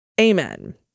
Amen